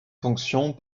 fonctions